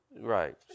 right